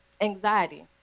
Anxiety